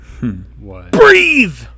breathe